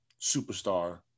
superstar